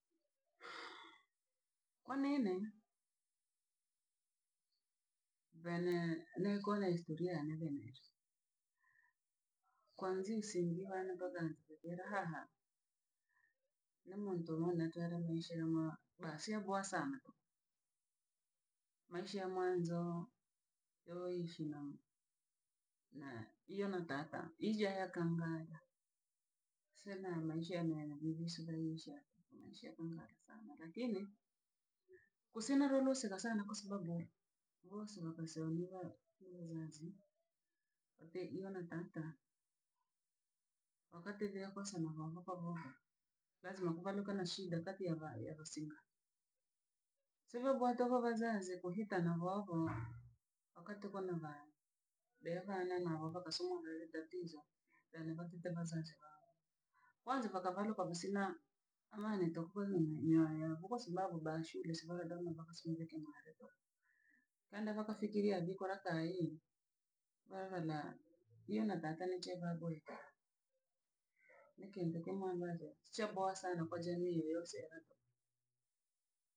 kwa nini, venye neko na historia yane venye iri. Kwanzi usingi vaane mpaka haha, ne muntu omo na twalabishe no basiye boa sana. Maisha ya mwanzo, yoishi na iyo na tata ija yakengala, se da na maisha yaani maisha kwangala sana lakini, kusina roolusika sana kwasababu, voosi vakaseya ni wa- ni wazazi, kute iyo na taata, vakati vokosana voogopa voovo, lazima kuvaluke na shide akati yava yavasinga, so vyo vyatoko vazazi kuhitana voovo, wakati tuko na vaana, dee vana na wavakasumula tatizo, yaani vatite vazezi. Kwanza vakavaluka vasina amani tuku nini kwasababu ba shule si vari dame vakasumileke maleto. Kenda vakafikiria bikura kaaigi. vaala iyo na tata ni chee vaa bweeke. Ni kintu kimo ambacho cha boa sana kwa jamii yoyose ila tuku.